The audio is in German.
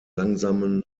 langsamen